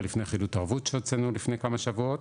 לפני חילוט ערבות שהוצאנו לפני כמה שבועות,